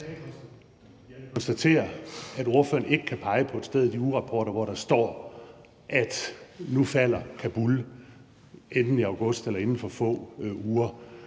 jeg kan konstatere, at ordføreren ikke kan pege på et sted i ugerapporterne, hvor der står, at nu falder Kabul inden august eller inden for få uger.